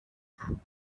happy